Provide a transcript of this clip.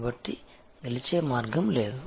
కాబట్టి గెలిచే మార్గం లేదు